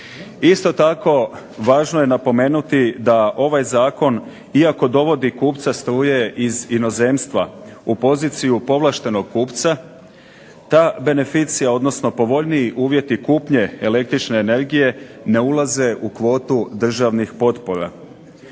Isto tako važno je napomenuti da ovaj zakon iako dovodi kupce struje iz inozemstva u poziciju povlaštenog kupca, ta beneficija, odnosno povoljniji uvjeti kupnje električne energije ne ulaze u kvotu državnih potpora.